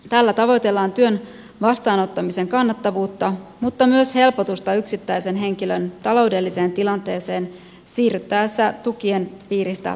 tällä tavoitellaan työn vastaanottamisen kannattavuutta mutta myös helpotusta yksittäisen henkilön taloudelliseen tilanteeseen kun siirrytään tukien piiristä palkkatyöhön